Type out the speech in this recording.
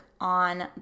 on